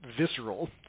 visceral